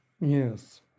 Yes